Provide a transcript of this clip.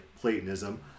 Platonism